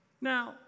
Now